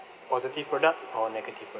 positive product or negative